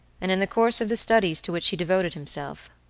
and in the course of the studies to which he devoted himself,